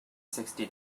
sixty